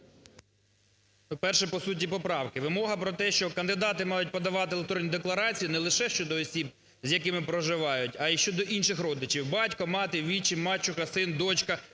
По-перше, по суті поправки. Вимога про те, що кандидати мають подавати електронні декларації не лише щодо осіб, з якими проживають, а й щодо інших родичів: батько, мати, вітчим, мачуха, син, дочка,